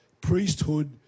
priesthood